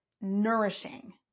nourishing